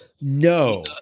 No